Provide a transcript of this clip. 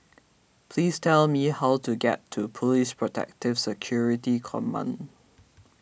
please tell me how to get to Police Protective Security Command